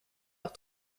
leur